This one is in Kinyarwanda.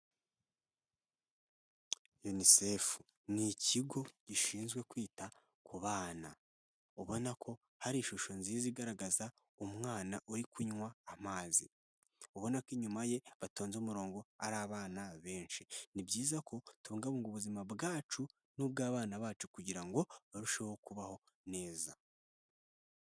UNICEF ni ikigo gishinzwe kwita ku bana, ubona ko hari ishusho nziza igaragaza umwana uri kunywa amazi, ubona ko inyuma ye batonze umurongo ari abana benshi, ni byiza ko tubungabunga ubuzima bwacu n'ubw'abana bacu kugira ngo barusheho kubaho neza.